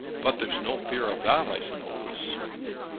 but there's no fear of that, i suppose?